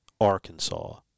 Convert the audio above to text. Arkansas